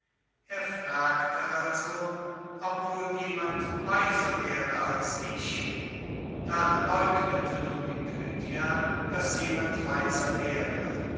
er fragte also ob wohl jemand weiser wäre als ich da leugnete nun die pythia daß jemand weiser wäre